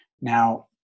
Now